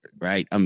right